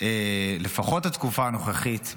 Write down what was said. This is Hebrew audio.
שלפחות בתקופה הנוכחית,